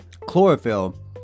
chlorophyll